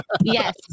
Yes